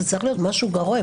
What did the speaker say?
זה צריך להיות משהו גורף,